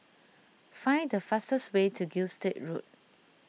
find the fastest way to Gilstead Road